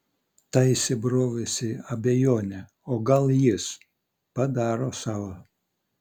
ta įsibrovusi abejonė o gal jis padaro savo